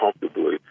comfortably